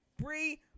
Brie